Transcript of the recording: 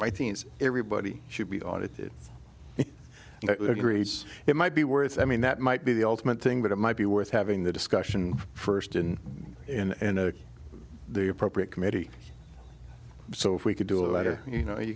my teens everybody should be audited and it might be worse i mean that might be the ultimate thing but it might be worth having the discussion first in in the appropriate committee so if we could do it or you know you